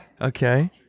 Okay